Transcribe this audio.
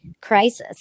crisis